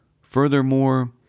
Furthermore